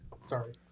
Sorry